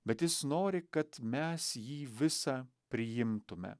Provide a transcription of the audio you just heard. bet jis nori kad mes jį visą priimtume